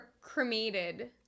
cremated